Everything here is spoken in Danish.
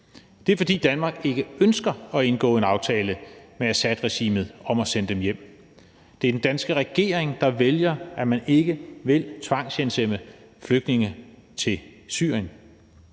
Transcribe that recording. Det er, fordi Danmark ikke ønsker at indgå en aftale med Assadregimet om at sende dem hjem. Det er den danske regering, der vælger, at man ikke vil tvangshjemsende flygtninge til Syrien,